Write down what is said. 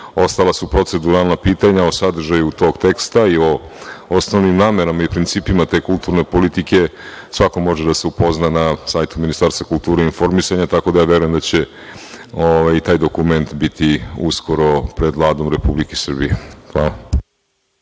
ostala su proceduralna pitanja o sadržaju tog teksta i o osnovnim namerama i principima te kulturne politike. Svako može da se upozna na sajtu Ministarstva kulture i informisanja, tako da ja verujem da će i taj dokument biti uskoro pred Vladom Republike Srbije. Hvala.